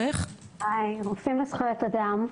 רופאים לזכויות אדם.